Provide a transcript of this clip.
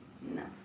No